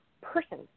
person